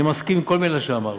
אני מסכים לכל מילה שאמרת.